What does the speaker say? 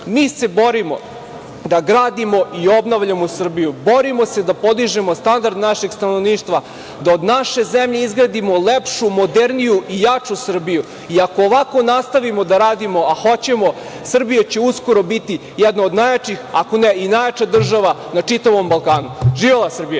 mi se borimo da gradimo i obnavljamo Srbiju, borimo se da podižemo standard našeg stanovništva, da od naše zemlje izgradimo lepšu, moderniju i jaču Srbiju i ako ovako nastavimo da radimo, a hoćemo, Srbija će uskoro biti jedna od najjačih, ako ne i najjača država na čitavom Balkanu. Živela Srbija!